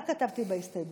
מה כתבתי בהסתייגות?